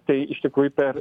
tai iš tikrųjų per